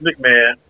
McMahon